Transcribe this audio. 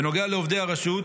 בנוגע לעובדי הרשות,